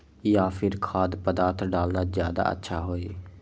या फिर खाद्य पदार्थ डालना ज्यादा अच्छा होई?